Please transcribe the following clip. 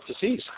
disease